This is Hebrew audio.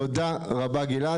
תודה רבה גלעד.